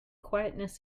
quietness